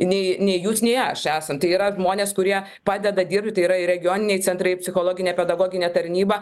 nei nei jūs nei aš esam tai yra žmonės kurie padeda dirbti yra ir regioniniai centrai psichologinė pedagoginė tarnyba